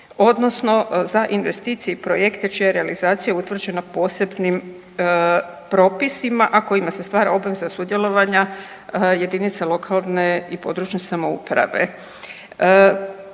odnosno za investicije i projekte čija je realizacija utvrđena posebnim propisima, a kojima se stvara obveza sudjelovanja jedinica lokalne i područne samouprave.